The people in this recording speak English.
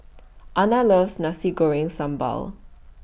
Ana loves Nasi Goreng Sambal